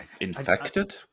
Infected